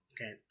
Okay